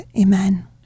Amen